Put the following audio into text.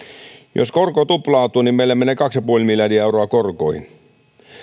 jos korko tuplaantuu niin meillä menee kaksi pilkku viisi miljardia euroa korkoihin